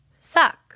suck